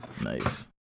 nice